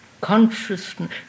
consciousness